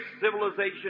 civilization